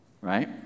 right